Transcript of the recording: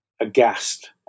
aghast